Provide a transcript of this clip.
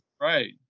right